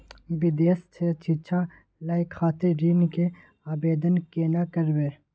विदेश से शिक्षा लय खातिर ऋण के आवदेन केना करबे?